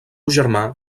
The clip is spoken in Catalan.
germà